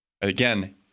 Again